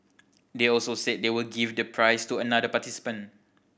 they also said they will give the prize to another participant